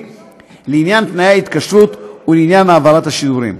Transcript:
לעניין תנאי ההתקשרות ולעניין העברת השידורים.